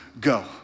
go